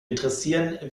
interessieren